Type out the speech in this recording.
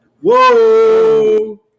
Whoa